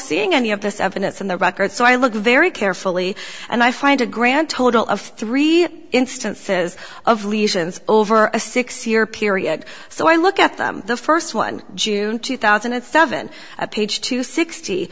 seeing any of this evidence in the record so i look very carefully and i find a grand total of three instances of lesions over a six year period so i look at the first one june two thousand and seven at page two sixty